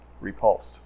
Repulsed